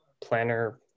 planner